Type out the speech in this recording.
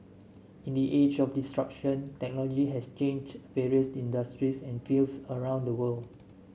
in the age of disruption technology has changed various industries and fields around the world